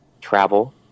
travel